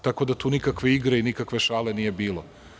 Tako da tu nikakve igre i nikakve šale nije bilo.